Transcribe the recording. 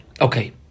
Okay